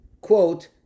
quote